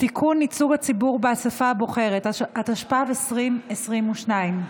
ייצוג הציבור באספה הבוחרת), התשפ"ב 2022,